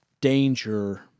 danger